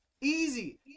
easy